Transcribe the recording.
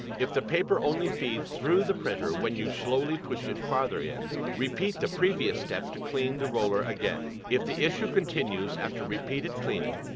if the paper only feeds through the printer when you slowly push it farther in, repeat the previous step to clean the roller again. if the issue continues after repeated cleaning,